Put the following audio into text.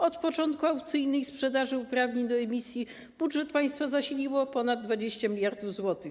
Od początku aukcyjnej sprzedaży uprawnień do emisji budżet państwa zasiliło ponad 20 mld zł.